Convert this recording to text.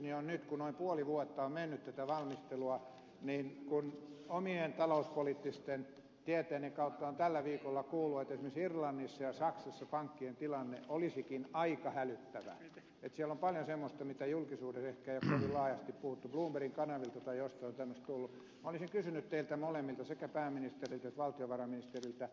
nyt kun noin puoli vuotta on mennyt tätä valmistelua kun omien talouspoliittisten tietojeni kautta olen tällä viikolla kuullut että esimerkiksi irlannissa ja saksassa pankkien tilanne olisikin aika hälyttävä että siellä on paljon semmoista mitä julkisuudessa ehkä ei ole kovin laajasti puhuttu bloombergin kanavilta tai jostain on tämmöistä tullut olisin kysynyt teiltä molemmilta sekä pääministeriltä että valtiovarainministeriltä